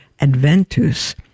Adventus